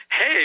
hey